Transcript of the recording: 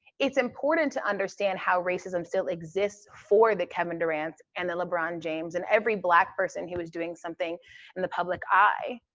it's important to understand how racism still exists for the kevin durants and the lebron james and every black person who was doing something in and the public eye,